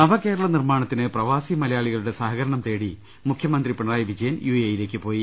നവകേരള നിർമ്മാണത്തിന് പ്രവാസി മലയാളികളുടെ സഹകരണം തേടി മുഖ്യമന്ത്രി പിണറായി വിജയൻ യു എ ഇയിലേക്ക് പോയി